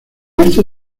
este